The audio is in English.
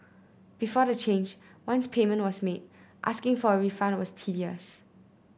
before the change once payment was made asking for a refund was tedious